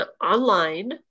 online